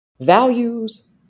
values